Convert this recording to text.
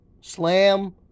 slam